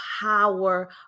power